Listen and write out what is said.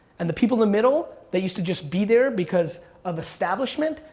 and the people in the middle that used to just be there because of establishment,